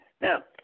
Now